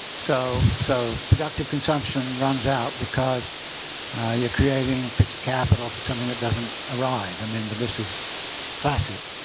so so productive consumption runs out because you're creating fixed capital for something that doesn't arrive. i mean but this is classic.